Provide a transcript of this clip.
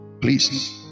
please